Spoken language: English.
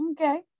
okay